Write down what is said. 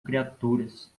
criaturas